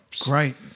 great